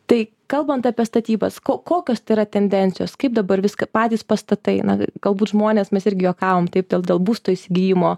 tai kalbant apie statybas ko kokios tai yra tendencijos kaip dabar viską patys pastatai na galbūt žmonės mes irgi juokavom taip dėl dėl būsto įsigijimo